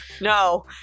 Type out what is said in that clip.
No